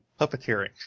Puppeteering